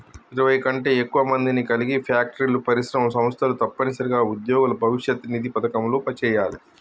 ఇరవై కంటే ఎక్కువ మందిని కలిగి ఫ్యాక్టరీలు పరిశ్రమలు సంస్థలు తప్పనిసరిగా ఉద్యోగుల భవిష్యత్ నిధి పథకంలో చేయాలి